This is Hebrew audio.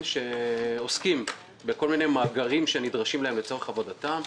שעוסקים בכל מיני מאגרים שנדרשים להם לצורך עבודתם,